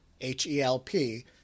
H-E-L-P